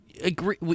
agree